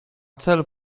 cel